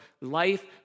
life